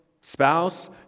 spouse